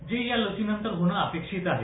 जे या लसीनंतर होणं अपेक्षित आहे